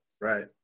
right